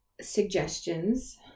suggestions